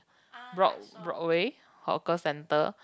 broad Broadway hawker centre